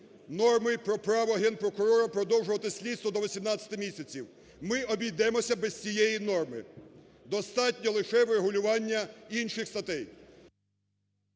норми про право Генпрокурора продовжувати слідство до 18 місяців. Ми обійдемося без цієї норми, достатньо лише врегулювання інших статей.